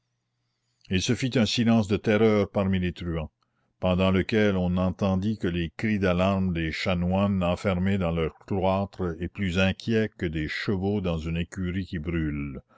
il se fit un silence de terreur parmi les truands pendant lequel on n'entendit que les cris d'alarme des chanoines enfermés dans leur cloître et plus inquiets que des chevaux dans une écurie qui brûle